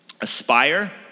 aspire